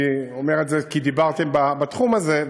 אני אומר את זה כי דיברתם על התחום הזה,